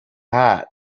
hat